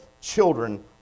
children